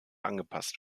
angepasst